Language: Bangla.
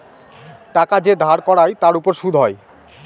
টাকা যে ধার করায় তার উপর সুদ হয়